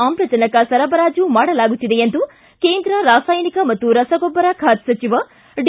ಆಮ್ಲಜನಕ ಸರಬರಾಜು ಮಾಡಲಾಗುತ್ತಿದೆ ಎಂದು ಕೇಂದ್ರ ರಾಸಾಯನಿಕ ಮತ್ತು ರಸಗೊಬ್ಬರ ಖಾತೆ ಸಚಿವ ಡಿ